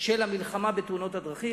של המלחמה בתאונות הדרכים,